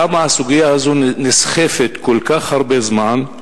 למה הסוגיה הזאת נסחבת כל כך הרבה זמן.